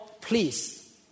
please